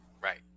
Right